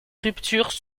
rupture